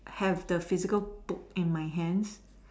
have the physical book in my hands